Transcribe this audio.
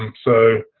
um so,